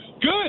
Good